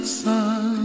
sun